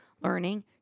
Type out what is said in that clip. learning